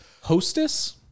Hostess